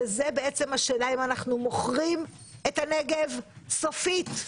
שזה השאלה אם אנחנו מוכרים את הנגב סופית,